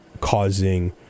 causing